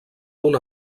una